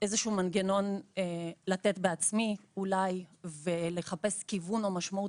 איזשהו מנגנון אולי לתת בעצמי ולחפש כיוון או משמעות